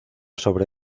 sobre